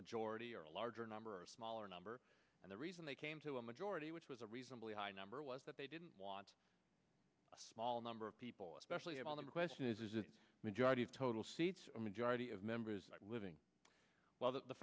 majority or a larger number a smaller number and the reason they came to a majority which was a reasonably high number was that they didn't want a small number of people especially on the question is a majority of total seats a majority of members living well th